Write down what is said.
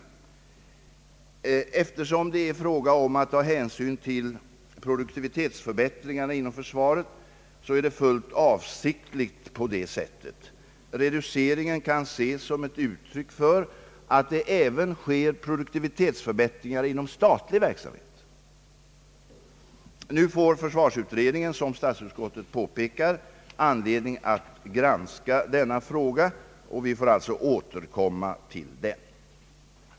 Detta är fullt avsiktligt, eftersom man vill ta hänsyn till produktivitetsförbättringarna inom försvaret; reduceringen kan ses som ett uttryck för att produktivitetsförbättringar sker även inom statlig verksamhet. Nu får försvarsutredningen, såsom statsutskottet påpekar, anledning att granska denna fråga. Därefter blir det tillfälle för oss att återkomma till den.